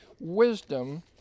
wisdom